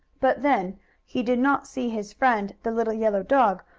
but then he did not see his friend, the little yellow dog,